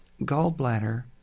gallbladder